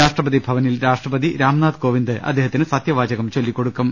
രാഷ്ട്രപതിഭവനിൽ രാഷ്ട്രപതി രാംനാഥ് കോവിന്ദ് അദ്ദേഹത്തിന് സത്യവാചകം ചൊല്ലിക്കൊടുക്കും